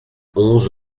onze